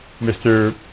Mr